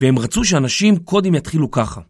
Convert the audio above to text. והם רצו שאנשים קודם יתחילו ככה.